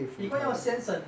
李光耀先生